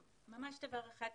ממש דבר אחד קטן.